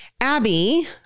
Abby